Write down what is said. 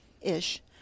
ish